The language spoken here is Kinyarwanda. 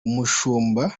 umushumba